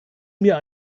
mir